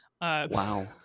wow